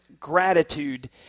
gratitude